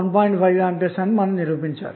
5 A అని నిరూపించాలి